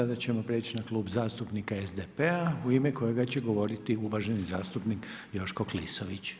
Sada ćemo preć na Klub zastupnika SDP-a u ime kojega će govoriti uvaženi zastupnik Joško Klisović.